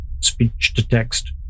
speech-to-text